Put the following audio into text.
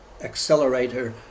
accelerator